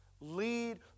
Lead